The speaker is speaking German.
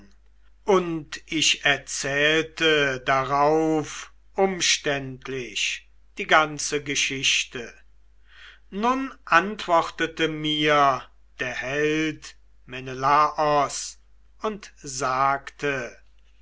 und ich erzählte darauf umständlich die ganze geschichte nun antwortete mir der held menelaos und sagte